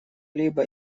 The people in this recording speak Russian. либо